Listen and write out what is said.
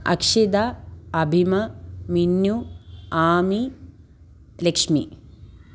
Akshita Abhima Minnu Ami Lakshmi